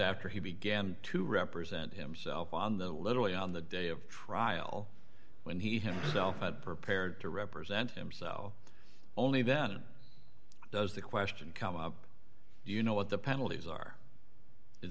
after he began to represent himself on the literally on the day of trial when he himself had prepared to represent himself only then does the question come up you know what the penalties are